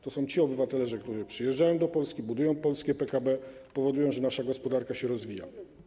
To są ci obywatele, którzy przyjeżdżają do Polski, budują polskie PKB, powodują, że nasza gospodarka się rozwija.